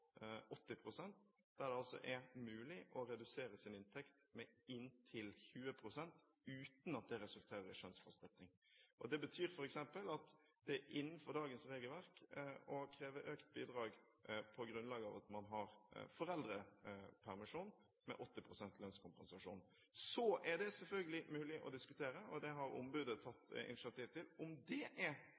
der det altså er mulig å redusere sin inntekt med inntil 20 pst. uten at det resulterer i skjønnsfastsetting. Det betyr f.eks. at det er innenfor dagens regelverk å kreve økt bidrag på grunnlag av at man har foreldrepermisjon med 80 pst. lønnskompensasjon. Så er det selvfølgelig mulig å diskutere – det har ombudet tatt initiativ til – om det er